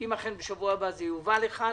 אם אכן בשבוע הבא זה יובא לכאן